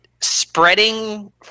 Spreading